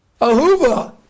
Ahuva